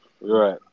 Right